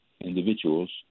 individuals